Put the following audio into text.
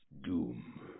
doom